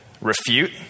refute